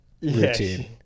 routine